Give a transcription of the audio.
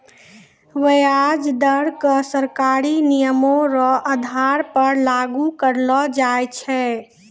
व्याज दर क सरकारी नियमो र आधार पर लागू करलो जाय छै